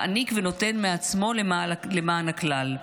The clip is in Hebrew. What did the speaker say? מעניק ונותן מעצמו למען הכלל.